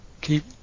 Keep